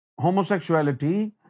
homosexuality